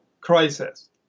crisis